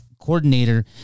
coordinator